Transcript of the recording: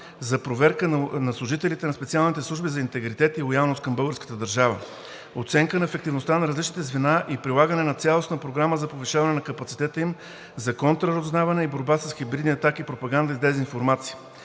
за проверка на служителите на специалните служби за интегритет и лоялност към българската държава; оценка на ефективността на различните звена и прилагане на цялостна програма за повишаване на капацитета им за контраразузнаване и борба с хибридни атаки, пропаганда и дезинформация;